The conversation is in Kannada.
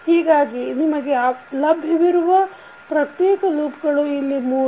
ಹೀಗಾಗಿ ನಮಗೆ ಲಭ್ಯವಿರುವ ಪ್ರತ್ಯೇಕ ಲೂಪ್ ಗಳು ಇಲ್ಲಿ ಮೂರು